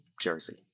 jersey